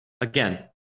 again